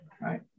right